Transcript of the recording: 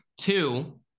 Two